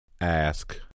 Ask